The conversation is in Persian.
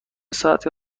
ساعتی